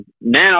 now